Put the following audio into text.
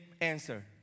answer